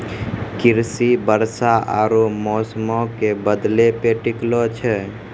कृषि वर्षा आरु मौसमो के बदलै पे टिकलो छै